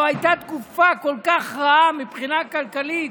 לא הייתה תקופה כל כך רעה מבחינה כלכלית